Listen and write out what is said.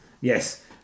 Yes